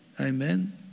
Amen